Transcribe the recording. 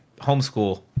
homeschool